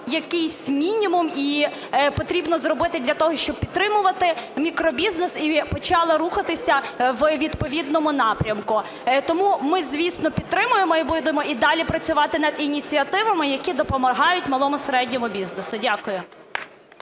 якийсь мінімум їй потрібно зробити для того, щоб підтримувати мікробізнес і почали рухатися у відповідному напрямку. Тому ми, звісно, підтримуємо і будемо далі працювати над ініціативами, які допомагають малому, середньому бізнесу. Дякую.